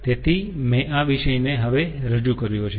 તેથી મેં આ વિષયને હવે રજૂ કર્યો છે